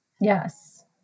Yes